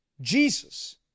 Jesus